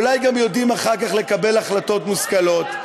אולי גם יודעים אחר כך לקבל החלטות מושכלות.